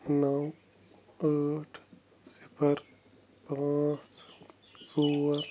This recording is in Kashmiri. نَو ٲٹھ صِفَر پانٛژھ ژور